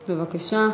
בבקשה.